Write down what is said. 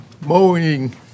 mowing